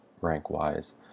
rank-wise